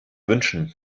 wünschen